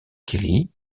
kelly